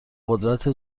قدرت